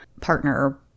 partner